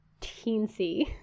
teensy